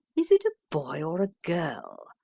is it a boy or a girl?